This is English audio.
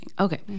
okay